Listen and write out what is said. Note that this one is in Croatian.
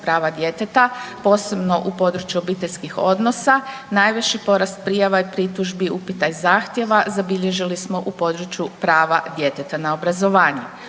prava djeteta, posebno u području obiteljskih odnosa najviši porast prijava i pritužbi, upita i zahtjeva zabilježili smo u području prava djeteta na obrazovanje,